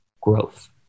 growth